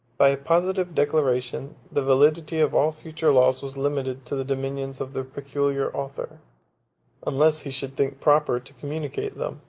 by a positive declaration, the validity of all future laws was limited to the dominions of their peculiar author unless he should think proper to communicate them,